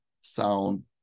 sound